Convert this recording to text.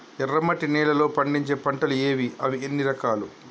ఎర్రమట్టి నేలలో పండించే పంటలు ఏవి? అవి ఎన్ని రకాలు?